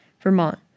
Vermont